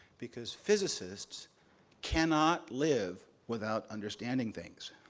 because physicists cannot live without understanding things.